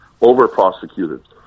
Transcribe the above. over-prosecuted